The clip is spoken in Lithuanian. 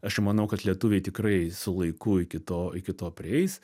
aš jau manau kad lietuviai tikrai su laiku iki to iki to prieis